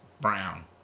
brown